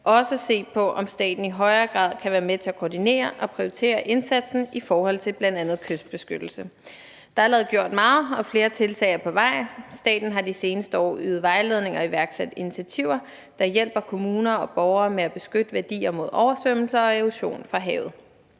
også se på, om staten i højere grad kan være med til at koordinere og prioritere indsatsen i forhold til bl.a. kystbeskyttelse. Der er allerede gjort meget, og flere tiltag er på vej. Staten har de seneste år øget vejledning og iværksat initiativer, der hjælper kommuner og borgere med at beskytte værdier mod oversvømmelser og erosion fra havet.